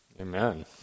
Amen